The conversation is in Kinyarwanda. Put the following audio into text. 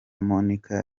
monika